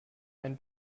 ein